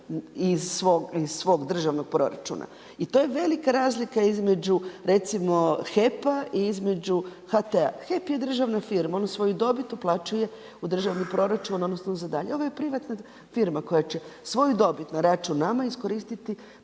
iz svog državnog proračuna, i to je velika razlika između recimo HEP-a i HT-a. HEP je državna firma, on svoju dobit uplaćuje u državni proračun, odnosno za dalje, ovo je privatna firma koja će svoju dobit na račun nama iskoristiti